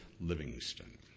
Livingston